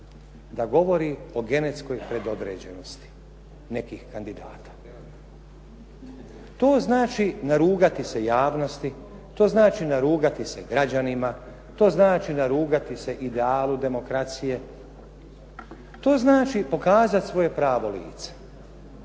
da govori o genetskoj predodređenosti nekih kandidata. To znači narugati se javnosti, to znači narugati se građanima, to znači narugati se idealu demokracije, to znači pokazati svoje pravo lice.